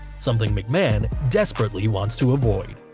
something mcmahon desperately wants to avoid.